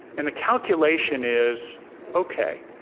and the calculation is okay,